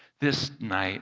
this night